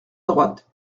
droite